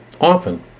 often